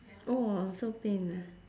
oh !wah! so pain ah